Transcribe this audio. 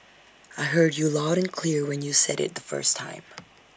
I heard you loud and clear when you said IT the first time